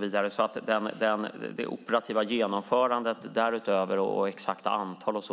Vad gäller det operativa genomförandet därutöver och det exakta antalet